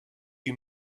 you